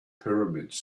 pyramids